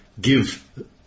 give